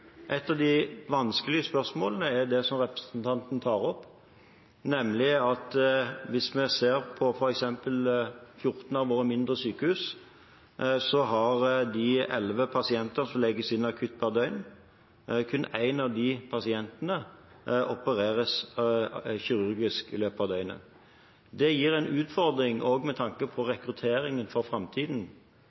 Et av de vanskelige spørsmålene er det som representanten tar opp, nemlig at hvis vi ser på f.eks. 14 av våre mindre sykehus, så har de 11 pasienter som legges inn akutt per døgn. Kun en av de pasientene opereres kirurgisk i løpet av døgnet. Det gir en utfordring også med tanke på rekrutteringen for framtiden,